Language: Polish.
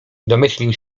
domyślił